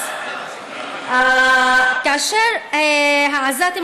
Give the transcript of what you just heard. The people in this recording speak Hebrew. אז כאשר העזתים,